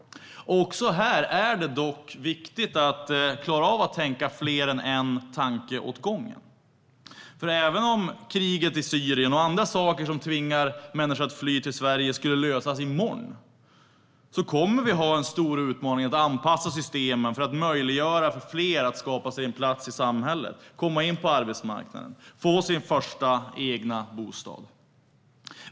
Också här är det dock viktigt att klara av att tänka mer än en tanke åt gången. Även om kriget i Syrien och andra saker som tvingar människor att fly till Sverige skulle lösas i morgon kommer det att vara en stor utmaning att anpassa systemen för att göra det möjligt för fler att skapa sig en plats i samhället, komma in på arbetsmarknaden och få sin första egna bostad.